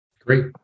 Great